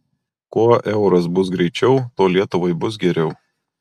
kuo euras bus greičiau tuo lietuvai bus geriau